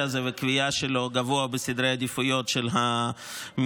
הזה והצבה שלו במקום גבוה בסדרי העדיפויות של המשרד.